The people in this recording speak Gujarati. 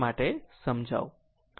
તે માટે સમજાવું